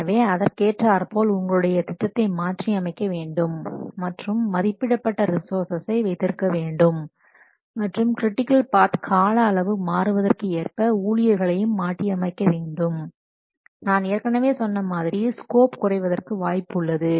எனவே அதற்கேற்றார்போல் உங்களுடைய திட்டத்தை மாற்றி அமைக்க வேண்டும் மற்றும் மதிப்பிடப்பட்ட ரிசோர்ஸை வைத்திருக்க வேண்டும் மற்றும் கிரிட்டிக்கல் பாத் கால அளவு மாறுவதற்கு ஏற்ப ஊழியர்களையும் மாற்றியமைக்க வேண்டும்' நான் ஏற்கனவே சொன்ன மாதிரி ஸ்கோப் குறைவதற்கு வாய்ப்புள்ளது